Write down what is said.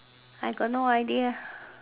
I got no idea